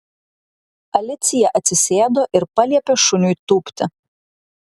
alicija atsisėdo ir paliepė šuniui tūpti